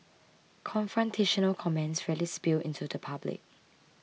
confrontational comments rarely spill into the public